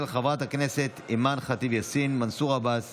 של חברי הכנסת אימאן ח'טיב יאסין, מנסור עבאס